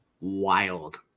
wild